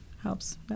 helps